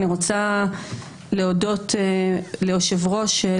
אני רוצה להודות ליושב-ראש,